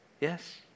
Yes